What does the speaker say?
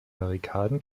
barrikaden